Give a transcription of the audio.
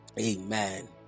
amen